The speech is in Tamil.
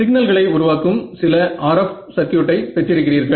சிக்னல்களை உருவாக்கும் சில RF சர்க்யூட்டை பெற்றிருக்கிறீர்கள்